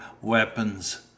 weapons